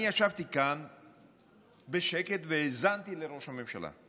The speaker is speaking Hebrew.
אני ישבתי כאן בשקט והאזנתי לראש הממשלה,